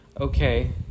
okay